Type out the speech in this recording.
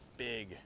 Big